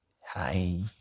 Hi